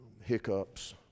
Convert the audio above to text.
hiccups